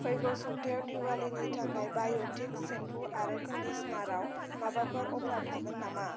फैगौ सबथायाव दिवालीनि थाखाय बाय'टिक सेम्पु आरो कन्डिसनारआव माबाफोर अफार थागोन नामा